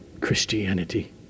Christianity